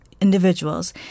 Individuals